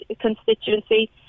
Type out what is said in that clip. constituency